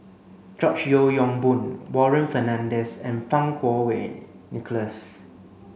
George Yeo Yong Boon Warren Fernandez and Fang Kuo Wei Nicholas